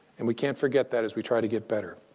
and we can't forget that as we try to get better.